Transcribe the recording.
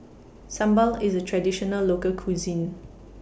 Sambal IS A Traditional Local Cuisine